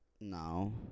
No